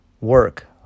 work